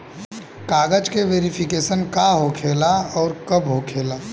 कागज के वेरिफिकेशन का हो खेला आउर कब होखेला?